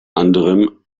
anderem